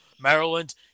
Maryland